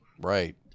Right